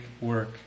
work